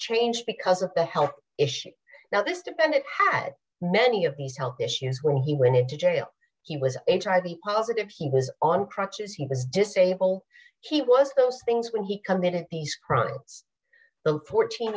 changed because of the health issue now this defendant had many of these health issues where he went into jail he was hiv positive he was on crutches he was disable he was those things when he committed these crimes the fourteen